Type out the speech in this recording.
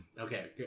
okay